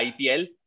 IPL